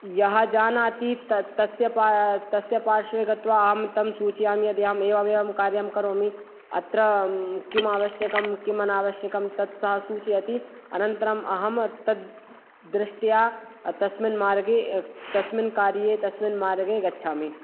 यः जानाति त तस्य पा तस्य पार्श्वे गत्वा अहं तं सूचयामि यदि अहम् एवम् एवं कार्यं करोमि अत्र किम् आवश्यकं किम् अनावाश्यकं तत् सः सूचयति अनन्तरम् अहं तद्दृष्ट्या तस्मिन् मार्गे तस्मिन् कार्ये तस्मिन् मार्गे गच्छामि